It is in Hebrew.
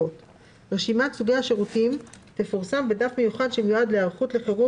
לפחות; רשימת סוגי השירותים תפורסם בדף מיוחד שמיועד להיערכות לחירום